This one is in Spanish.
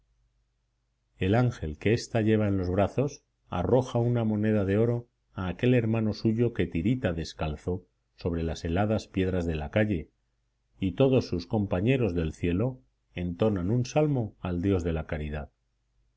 el ángel que ésta lleva en los brazos arroja una moneda de oro a aquel hermano suyo que tirita descalzo sobre las heladas piedras de la calle y todos sus compañeros del cielo entonan un salmo al dios de la caridad